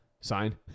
Sign